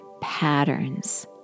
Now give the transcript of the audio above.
patterns